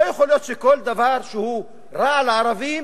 לא יכול להיות שכל דבר שהוא רע לערבים,